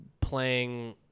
playing